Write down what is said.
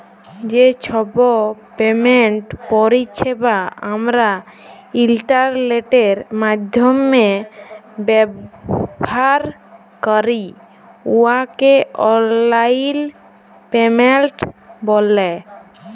যে ছব পেমেন্ট পরিছেবা আমরা ইলটারলেটের মাইধ্যমে ব্যাভার ক্যরি উয়াকে অললাইল পেমেল্ট ব্যলে